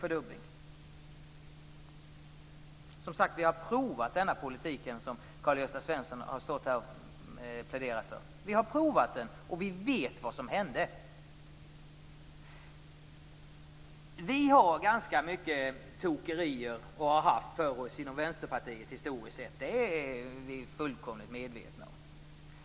Vi har alltså provat den politik som Karl-Gösta Svenson här har pläderat för, och vi vet vad som hände. Vi i Vänsterpartiet har haft ganska mycket tokerier för oss historiskt sett. Det är vi fullkomligt medvetna om.